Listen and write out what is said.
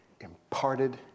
imparted